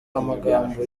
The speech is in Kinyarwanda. amagambo